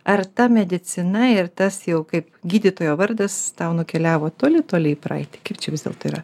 ar ta medicina ir tas jau kaip gydytojo vardas tau nukeliavo toli toli į praeitį kaip čia vis dėlto yra